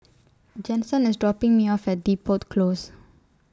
Jensen IS dropping Me off At Depot Close